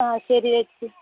ആ ശരി ചേച്ചി